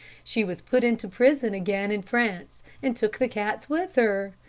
she was put into prison again in france and took the cats with her.